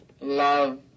love